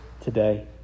today